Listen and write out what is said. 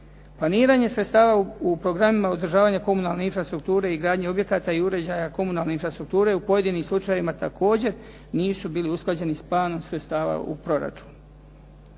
Planiranje sredstava u programima održavanja komunalne infrastrukture i gradnji objekata i uređaja komunalne infrastrukture u pojedinim slučajevima također nisu bili usklađeni s planom sredstava u proračunu.